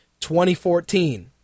2014